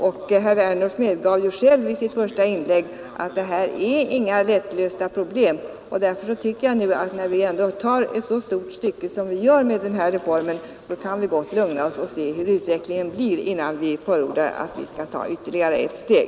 Herr Ernulf medgav ju själv i sitt första inlägg att det här inte är några lättlösta problem, och därför tycker jag att vi, när vi nu ändå tar ett så stort steg som vi gör i och med den här reformen, gott kan lugna oss och se hur utvecklingen blir innan vi förordar ytterligare ett steg.